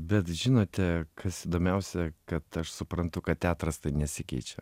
bet žinote kas įdomiausia kad aš suprantu kad teatras tai nesikeičia